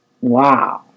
Wow